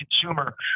consumer